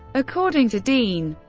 according to dean,